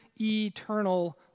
eternal